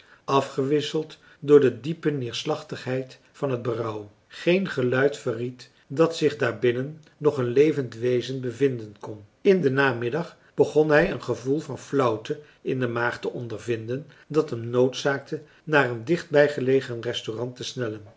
afgewisseld door de diepe neerslachtigheid van het berouw geen geluid verried dat zich daarbinnen nog een levend wezen bevinden kon in den namiddag begon hij een gevoel van flauwte in de maag te ondervinden dat hem noodzaakte naar een dichtbij gelegen restaurant te snellen